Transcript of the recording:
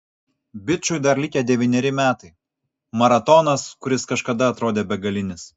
bičui dar likę devyneri metai maratonas kuris kažkada atrodė begalinis